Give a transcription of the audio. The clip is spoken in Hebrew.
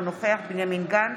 אינו נוכח בנימין גנץ,